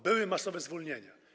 Były masowe zwolnienia.